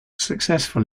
successful